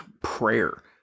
prayer